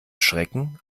schrecken